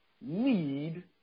need